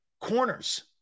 corners